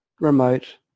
remote